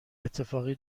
اتفاقی